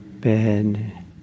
bed